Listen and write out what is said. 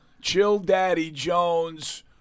chill-daddy-jones